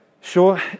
Sure